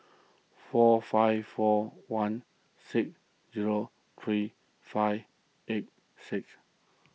four five four one six zero three five eight six